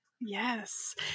Yes